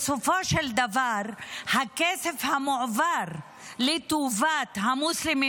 בסופו של דבר הכסף המועבר לטובת המוסלמים